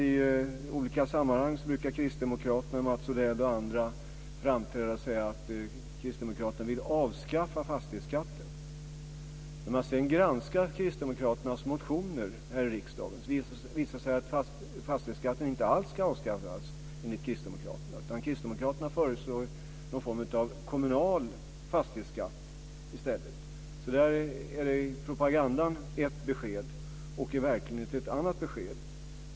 I olika sammanhang brukar kristdemokrater - Mats Odell och andra - säga att de vill avskaffa fastighetsskatten. När man sedan granskar kristdemokraternas motioner här i riksdagen, visar det sig att fastighetsskatten inte alls ska avskaffas. Kristdemokraterna föreslår i stället någon form av kommunal fastighetsskatt. Propagandan ger ett besked, och verkligheten ger ett annat besked.